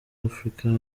africa